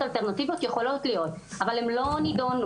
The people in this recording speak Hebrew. תקנים.